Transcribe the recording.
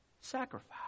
sacrifice